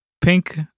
pink